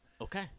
Okay